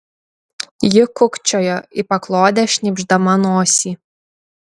ji kūkčiojo į paklodę šnypšdama nosį